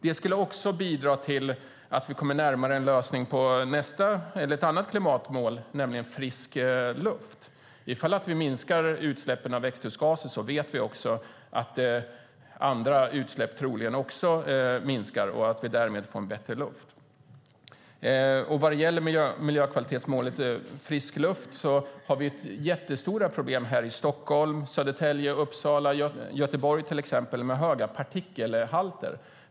De skulle också kunna bidra till att vi kommer närmare en lösning på ett annat klimatmål, nämligen Frisk luft. Om vi minskar utsläppen av växthusgaser vet vi att andra utsläpp troligen också minskar och att vi därmed får en bättre luft. När det gäller miljökvalitetsmålet Frisk luft har vi jättestora problem med höga partikelhalter till exempel här i Stockholm, i Uppsala, i Södertälje och i Göteborg.